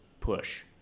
push